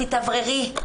תתאווררי.